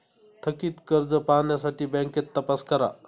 थकित कर्ज पाहण्यासाठी बँकेत तपास करा